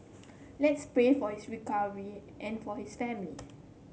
let's pray for his recovery and for his family